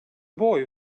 boy